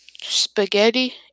spaghetti